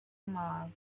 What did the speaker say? mile